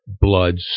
Blood